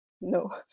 no